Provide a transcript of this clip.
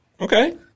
Okay